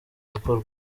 gukorwa